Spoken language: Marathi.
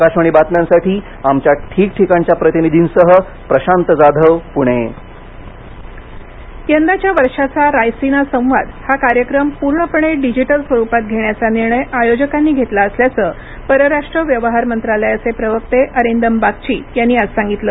आकाशवाणी बातम्यांसाठी आमच्या ठीकठिकाणच्या प्रतिनिधींसह प्रशांत जाधव पुणे रायसीना संवाद यंदाच्या वर्षाचा रायसीना संवाद हा कार्यक्रम पूर्णपणे डिजिटल स्वरुपात घेण्याचा निर्णय आयोजकांनी घेतला असल्याचं परराष्ट्र व्यवहार मंत्रालयाचे प्रवक्ते अरिंदम बागची यांनी आज सांगितलं